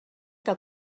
que